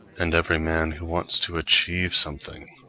and every man who wants to achieve something,